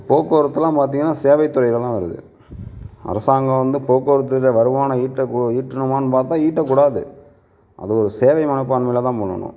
போக்குவரத்தெல்லாம் பார்த்தீங்கனா சேவை தொழிலில் தான் வருது அரசாங்கம் வந்து போக்குவரத்தில் வருமானம் ஈட்ட ஈட்டுணுமான்னு பார்த்தா ஈட்ட கூடாது அது ஒரு சேவை மனப்பான்மையில் தான் பண்ணணும்